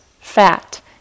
fat